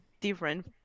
different